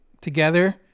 Together